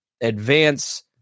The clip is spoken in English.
advance